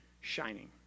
shining